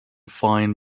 fine